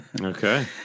Okay